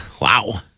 Wow